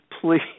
please